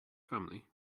family